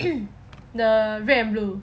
the red and blue